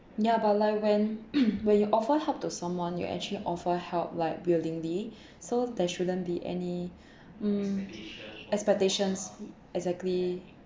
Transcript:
ya but like when when you offer help to someone you actually offer help like willingly so there shouldn't be any mm expectations exactly